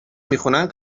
میخونن